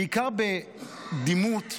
בעיקר בדימות,